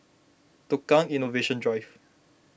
Tukang Innovation Drive